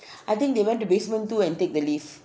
I think they went to basement two and take the lift